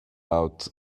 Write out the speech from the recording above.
out